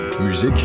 musique